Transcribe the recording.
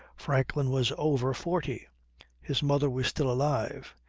franklin was over forty his mother was still alive.